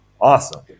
awesome